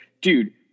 dude